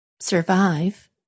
survive